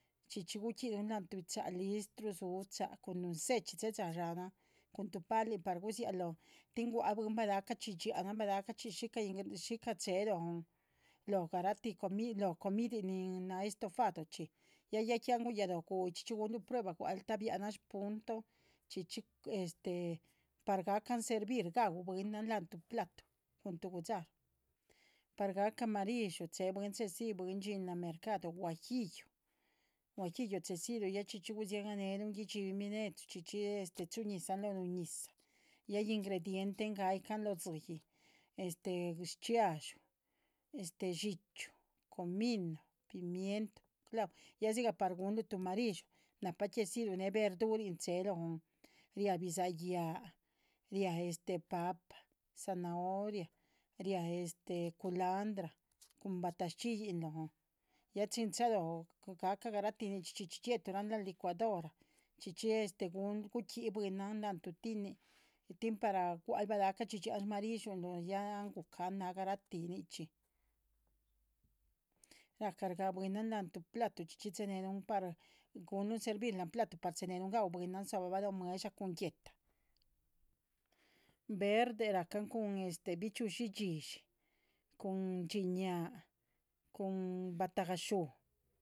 . Chxíchxi gu´quiluh la´nh tuhbi shcha´listru dzu´ shcha´ cun nuhun ze´chxi che´ya dxá nahn cun tuh palin par gudziác lóhn tin gua´c bwin balahcachxí chi yanan. balahca shica che´he lon lóh garahti comidin nin naah estofadochxi ya que ya an guyaloh gu´yin horchxi gu´nluhn prueba gui´dialh ta bianan punto chxíchxi par ga´can. servir ga´u bwinan la´nh tuh platu cun tuh gu´dxaruh par gacah marihdxu che bwin chedzi bwin dhxín la´nh mercadu guajillo, guajillo chedziluh ya chxíchxi. guziagahnelun gudxibin bine´chu chxíchxi chuñizahn lóh nuhun ñizah ya ingredienten ga´yihcan lóh dzíyih shchxiadxú dxíchyu comino pimienta clavo ya dhxígah. par gu´nluhtuh marihdxu na´pah que dziluh néh verdurin che´he lóhn ria bidza´hyah ria papa zanahoria ria culandra cun batash chxíyi lónh ya chín chalo gacah. garahti nichxi chxíchxi dxie´tu la´nh licuadora chxíchxi gu´qui bwinan la´nh tuh tinin tín par gua´l balahcachxí yan marihdxunluh ya an gu´ca an naah garahti nichxi. ra´ca shgác bwinan la´nh tuh platu ya che´nehlu par gu´nluhn servir la´nh platu par che´nehlun ga´un bwinan dzo´bahl lóh mueh´dsha cun guéhta, verde ra´can cun. bichxi´ushi yishi cun dhxín ña cun batagas hu